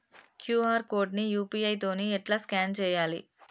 QR code ని UPI తోని ఎట్లా స్కాన్ చేయాలి?